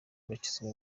bakizwa